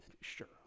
Sure